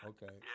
Okay